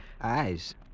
Eyes